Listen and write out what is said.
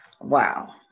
Wow